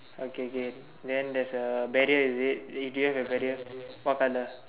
okay okay then there's a barrier is it uh do you have a barrier what color